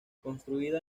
construida